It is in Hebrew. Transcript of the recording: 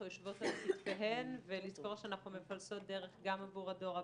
יושבות על --- ולזכור שאנחנו מפלסות דרך גם עבור הדור הבא,